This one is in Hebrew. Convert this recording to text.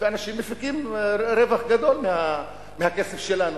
ואנשים מפיקים רווח גדול מהכסף שלנו.